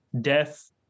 death